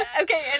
okay